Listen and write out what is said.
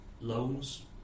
loans